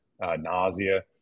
nausea